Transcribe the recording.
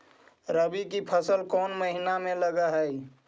रबी की फसल कोन महिना में लग है?